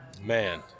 Man